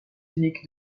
unique